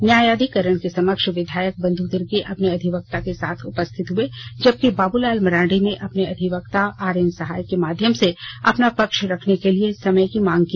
न्यायाधीकरण के समक्ष विधायक बंधु तिर्की अपने अधिवक्ता के साथ उपस्थित हुए जबकि बाबूलाल मरांडी ने अपने अधिवक्ता आरएन सहाय के माध्यम से अपना पक्ष रखने के लिए समय की मांग की